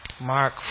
Mark